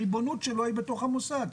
הריבונות שלו היא בתוך המוסד.